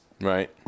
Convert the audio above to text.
Right